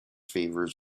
favours